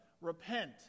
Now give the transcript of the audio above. Repent